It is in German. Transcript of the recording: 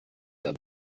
der